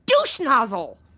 Douche-nozzle